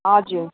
हजुर